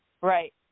Right